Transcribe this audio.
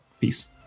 Peace